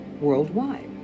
worldwide